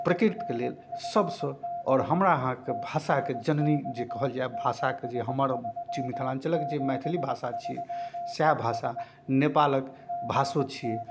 प्रकृतिके लेल सबसँ आओर हमरा अहाँके भाषाके जननी जे कहल जाए भाषाके जे हमर मिथिलाञ्चलके जे मैथिली भाषा छी सएह भाषा नेपालके भाषो छिए